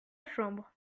chambre